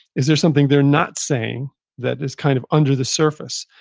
is there something they're not saying that is kind of under the surface?